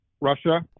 Russia